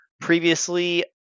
Previously